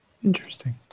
interesting